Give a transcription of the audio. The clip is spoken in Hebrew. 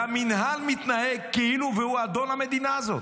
והמנהל מתנהג כאילו הוא אדון המדינה הזאת.